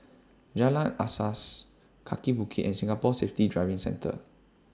Jalan Asas Kaki Bukit and Singapore Safety Driving Centre